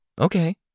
Okay